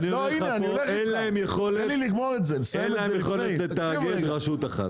אין להם יכולת לתאגד רשות אחת.